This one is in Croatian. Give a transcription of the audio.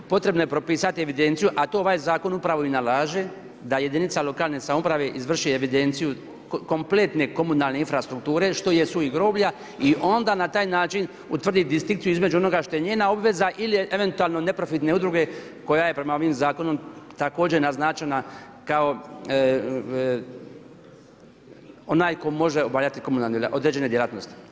Potrebno je propisati evidenciju a to ovaj zakon upravo i nalaže, da jedinica lokalne samouprave izvrši evidenciju kompletne komunalne infrastrukture što jesu i groblja i onda na taj način utvrdi distinkciju između onoga što je njemu obveza ili eventualno neprofitne udruge koja je prema ovim zakonom također naznačena kao onaj koji može obavljati komunalne određen djelatnosti.